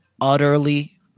utterly